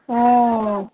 ஓ